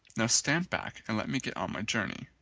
now stand back and let me get on my journey.